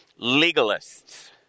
legalists